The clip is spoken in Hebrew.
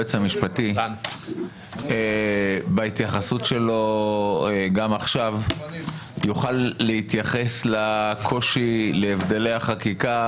היועץ המשפטי בהתייחסות שלו גם עכשיו יוכל להתייחס להבדלי החקיקה,